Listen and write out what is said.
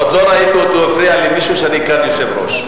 עוד לא ראיתי אותו מפריע למישהו כשאני כאן יושב-ראש.